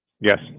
Yes